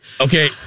Okay